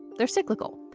they're cyclical.